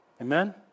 Amen